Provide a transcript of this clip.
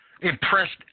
impressed